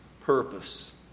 purpose